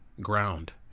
ground